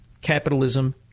capitalism